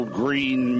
green